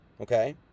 Okay